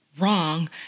wrong